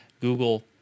Google